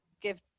give